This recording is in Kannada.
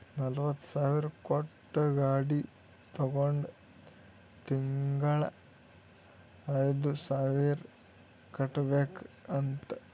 ನಲ್ವತ ಸಾವಿರ್ ಕೊಟ್ಟು ಗಾಡಿ ತೊಂಡಾನ ತಿಂಗಳಾ ಐಯ್ದು ಸಾವಿರ್ ಕಟ್ಬೇಕ್ ಅಂತ್